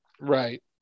Right